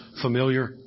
familiar